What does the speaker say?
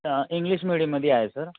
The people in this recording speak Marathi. हा इंग्लिश मिडयमध्ये आहे तो